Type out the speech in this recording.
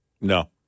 no